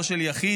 לא של יחיד,